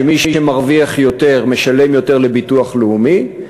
שמי שמרוויח יותר משלם יותר לביטוח הלאומי,